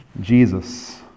Jesus